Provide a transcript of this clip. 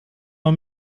man